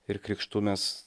ir krikštu mes